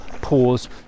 pause